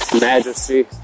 majesty